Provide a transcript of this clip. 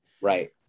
Right